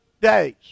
days